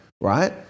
right